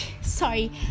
sorry